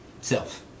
self